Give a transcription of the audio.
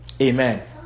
Amen